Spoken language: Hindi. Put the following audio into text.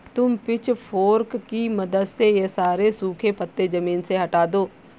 तुम पिचफोर्क की मदद से ये सारे सूखे पत्ते ज़मीन से हटा दो